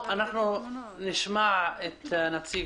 נשמע את נציג